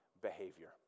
behavior